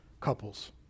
couples